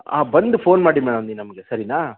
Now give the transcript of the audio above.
ಆಂ ಬಂದು ಫೋನ್ ಮಾಡಿ ಮೇಡಂ ನೀವು ನಮಗೆ ಸರಿನಾ